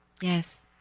Yes